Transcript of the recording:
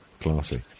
Classy